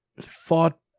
fought